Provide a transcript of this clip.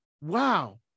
Wow